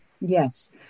Yes